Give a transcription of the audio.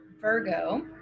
Virgo